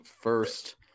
first